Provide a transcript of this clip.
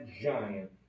giant